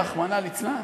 רחמנא ליצלן,